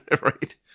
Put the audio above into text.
Right